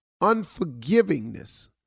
unforgivingness